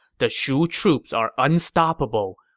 the shu troops are unstoppable.